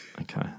Okay